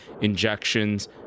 injections